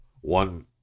One